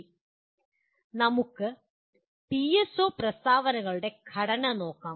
ഇനി നമുക്ക് പിഎസ്ഒ പ്രസ്താവനകളുടെ ഘടന നോക്കാം